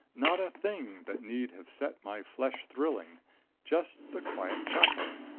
not a thing that need have set my flesh thrilling just the quiet chapel,